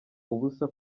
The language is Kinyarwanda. ubusa